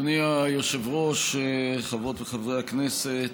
אדוני היושב-ראש, חברות וחברי הכנסת,